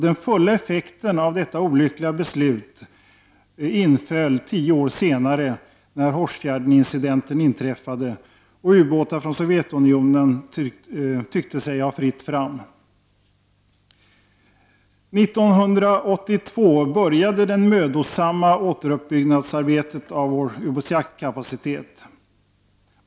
Den fulla effekten av detta olyckliga beslut inföll tio år senare när Hårsfjärden-incidenten inträffade och ubåtar från Sovjetunionen tyckte sig ha fritt fram. 1982 började det mödosamma återuppbyggnadsarbetet av vår ubåtsjakts kapacitet.